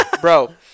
bro